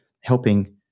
helping